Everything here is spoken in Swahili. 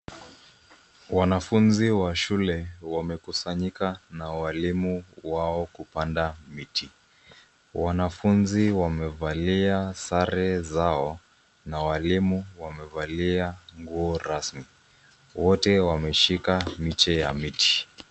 Wanafunzi wa shule wamekusanyika na walimu wao kupanda miti. Wanafunzi wamevalia sare zao na walimu wamevalia nguo rasmi .Wote wameshika miche ya miti.